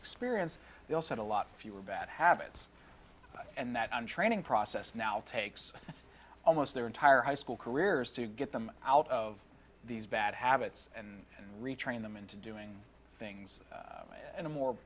experience they also had a lot fewer bad habits and that and training process now takes almost their entire high school careers to get them out of these bad habits and retrain them into doing things in a more